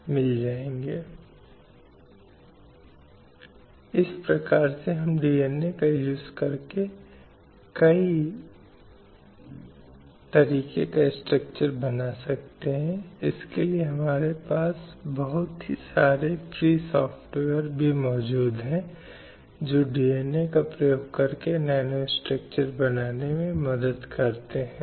और महिलाएं उस समुदाय का एक अभिन्न हिस्सा हैं और इसलिए कोई भी महिलाओं के लिए उन मानवाधिकारों से इनकार नहीं कर सकता है क्योंकि वे सार्वभौमिक मानवाधिकारों के अभिन्न अभिन्न और अविभाज्य अंग हैं